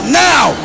now